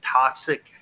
toxic